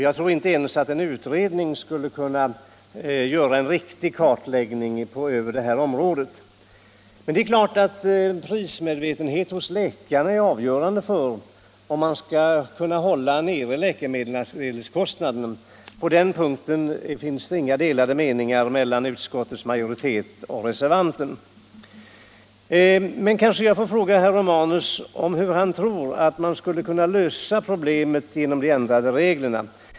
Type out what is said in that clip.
Jag tror inte ens att en utredning skulle kunna göra en riktig kartläggning på det här området. Det är klart att prismedvetenheten hos läkare är avgörande för om man skall kunna hålla läkemedelskostnaderna nere. På den punkten finns det inga delade meningar mellan utskottsmajoriteten och reservanterna. Men jag får kanske fråga herr Rcmanus hur han tror att problemen skall kunna lösas genom ändrade regler.